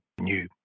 new